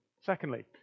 Secondly